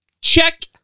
Check